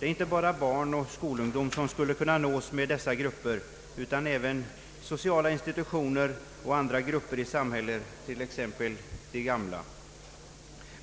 Inte bara barn och skolungdom skulle kunna nås av dessa grupper utan även sociala institutioner och andra kategorier i samhället, t.ex. de gamla.